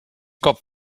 cop